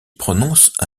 prononce